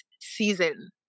season